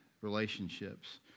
relationships